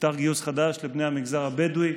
נפתח גיוס חדש לבני המגזר הבדואי,